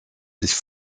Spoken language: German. sich